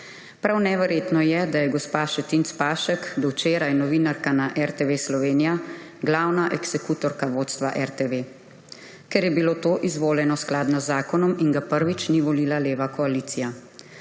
Prav neverjetno je, da je gospa Šetinc Pašek, do včeraj novinarka na RTV Slovenija, glavna eksekutorka vodstva RTV, ker je bilo to izvoljeno skladno z zakonom in ga prvič ni volila leva koalicija.